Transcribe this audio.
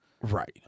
Right